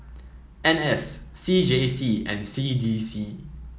N S C J C and C D C